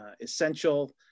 essential